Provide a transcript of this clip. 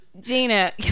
Gina